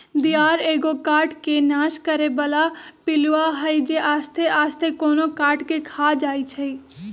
दियार एगो काठ के नाश करे बला पिलुआ हई जे आस्ते आस्ते कोनो काठ के ख़ा जाइ छइ